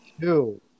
Two